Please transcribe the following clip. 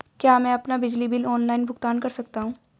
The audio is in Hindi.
क्या मैं अपना बिजली बिल ऑनलाइन भुगतान कर सकता हूँ?